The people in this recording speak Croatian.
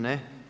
Ne.